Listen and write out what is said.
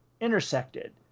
intersected